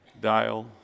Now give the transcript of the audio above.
dial